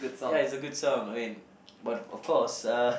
ya it's a good song I mean but of course uh